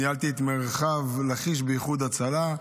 ניהלתי את מרחב לכיש באיחוד הצלה.